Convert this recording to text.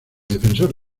defensor